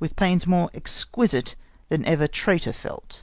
with pains more exquisite than ever traitor felt.